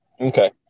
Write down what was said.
Okay